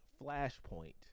flashpoint